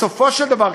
בסופו של דבר,